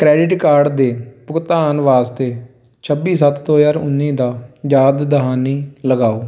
credit card ਦੇ ਭੁਗਤਾਨ ਵਾਸਤੇ ਛੱਬੀ ਸੱਤ ਦੋ ਹਜ਼ਾਰ ਉੱਨੀ ਦਾ ਯਾਦ ਦਹਾਨੀ ਲਗਾਓ